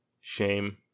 Shame